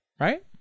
Right